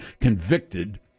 convicted